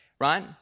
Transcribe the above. right